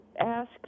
ask